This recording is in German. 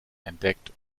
entdeckt